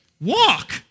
Walk